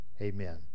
amen